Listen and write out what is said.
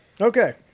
Okay